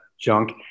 junk